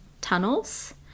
tunnels